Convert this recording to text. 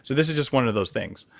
so this is just one of those things.